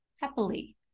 happily